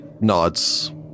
nods